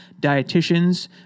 dietitians